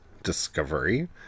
Discovery